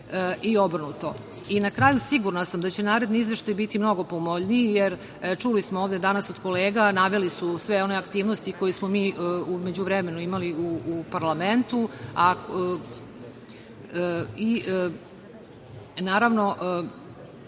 i obrnuto. Na kraju, sigurna sam da će naredni izveštaj biti mnogo povoljniji jer čuli smo ovde danas od kolega, naveli su sve one aktivnosti koje smo mi u međuvremenu imali u parlamentu. Naravno,